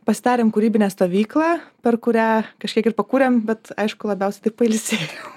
pasidarėm kūrybinę stovyklą per kurią kažkiek ir pakūrėm bet aišku labiausiai tai pailsėjom